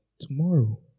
Tomorrow